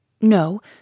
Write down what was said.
No